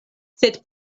sed